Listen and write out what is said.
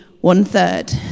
one-third